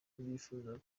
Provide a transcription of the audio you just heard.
babyifuzaga